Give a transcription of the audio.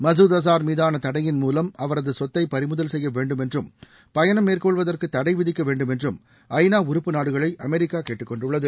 மசூத் அஸார் மீதான தடையின் மூலம் அவரது சொத்தை பறிமுதல் செயய வேண்டும் என்றும் பயணம் மேற்கொள்வதற்கு தடை விதிக்க வேண்டும் என்றும் ஐ நா உறுப்பு நாடுகளை அமெரிக்கா கேட்டுக்கொண்டுள்ளது